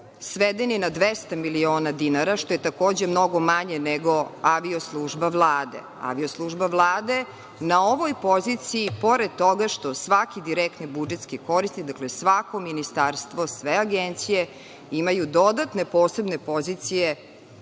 sveden je na 200 miliona dinara, što je takođe mnogo manje nego avio služba Vlade. Avio služba Vlade na ovoj poziciji pored toga što svaki direktni budžetski korisnik, svako ministarstvo, sve agencije imaju dodatne posebne pozicije